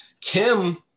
Kim